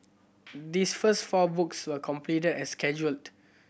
this first four books were completed as scheduled